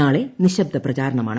നാളെ നിശബ്ദ പ്രചാരണമാണ്